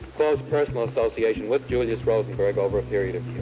close personal association with julius rosenberg over a period of years.